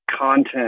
content